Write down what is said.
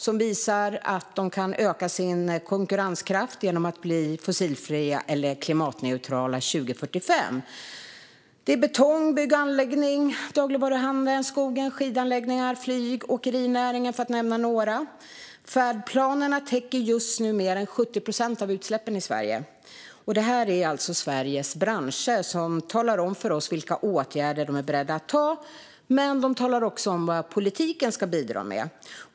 De visar att de kan öka sin konkurrenskraft genom att bli fossilfria eller klimatneutrala 2045. Det handlar om branscher som betong, bygg och anläggning, dagligvaruhandel, skog, skidanläggningar, flyg, åkerinäring, för att nämna några. Färdplanerna täcker just nu mer än 70 procent av utsläppen i Sverige. Och det är Sveriges branscher som talar om för oss vilka åtgärder de är beredda att vidta, men de talar också om vad politiken ska bidra med.